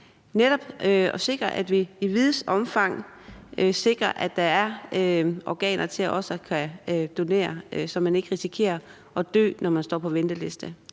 altså i videst muligt omfang sikre, at der er organer til donation, så man ikke risikerer at dø, når man står på venteliste?